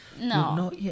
No